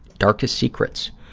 darkest secrets.